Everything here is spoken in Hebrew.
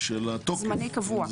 זמני או קבוע.